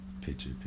Picture